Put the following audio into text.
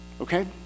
Okay